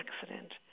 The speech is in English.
accident